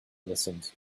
listened